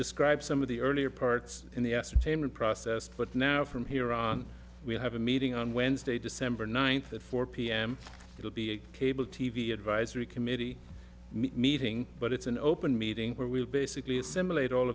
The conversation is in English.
described some of the earlier parts in the ascertainment process but now from here on we have a meeting on wednesday december ninth at four pm it will be a cable t v advisory committee meeting but it's an open meeting where we'll basically assimilate all